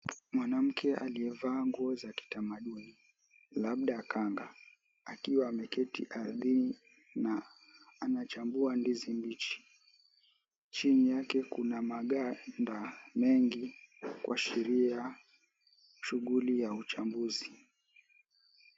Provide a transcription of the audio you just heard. Mwanamke aliyevaa nguo za kitamaduni, labda kanga, akiwa ameketi ardhini na anachambua ndizi mbichi. Chini yake kuna maganda mengi kuashiria shughuli ya uchambuzi.